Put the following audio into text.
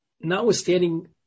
notwithstanding